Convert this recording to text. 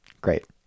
Great